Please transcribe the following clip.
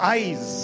Eyes